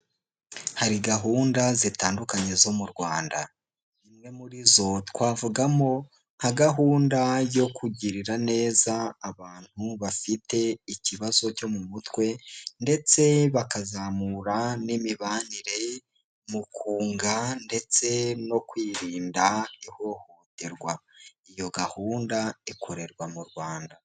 Hari gahunda zitandukanye zo mu Rwanda. Imwe muri zo twavugamo nka gahunda yo kugirira neza abantu bafite ikibazo cyo mu mutwe, ndetse bakazamura n'imibanire mu kunga ndetse no kwirinda ihohoterwa. Iyo gahunda ikorerwa mu Rwanda.